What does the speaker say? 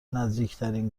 نزدیکترین